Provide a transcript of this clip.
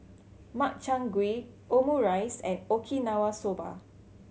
Makchang Gui Omurice and Okinawa Soba